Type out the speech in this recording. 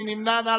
מי נמנע?